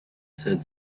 said